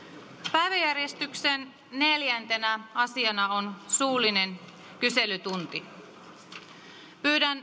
päiväjärjestyksen neljäntenä asiana on suullinen kyselytunti pyydän